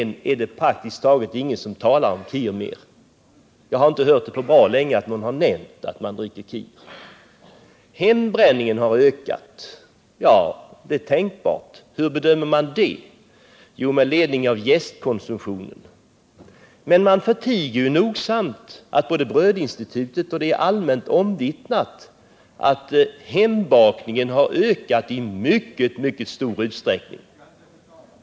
Nu är det praktiskt taget ingen som talar om Kir mer. Jag har inte på länge hört att någon nämnt att man dricker Kir. Hembränningen har ökat, sägs det. Ja, det är tänkbart. Hur bedömer man det? Jo, med utgångspunkt i jästkonsumtionen. Men man förtiger nogsamt att Brödinstitutet framhållit att — och det är allmänt omvittnat — hembakningen ökat i mycket, mycket stor utsträckning.